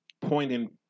pointing